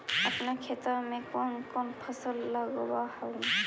अपन खेतबा मे कौन कौन फसल लगबा हू?